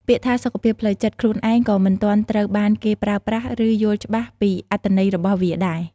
ពាក្យថា "សុខភាពផ្លូវចិត្ត" ខ្លួនឯងក៏មិនទាន់ត្រូវបានគេប្រើប្រាស់ ឬយល់ច្បាស់ពីអត្ថន័យរបស់វាដែរ។